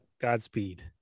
godspeed